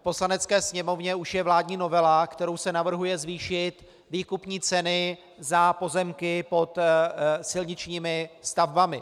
V Poslanecké sněmovně už je vládní novela, kterou se navrhuje zvýšit výkupní ceny za pozemky pod silničními stavbami.